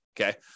okay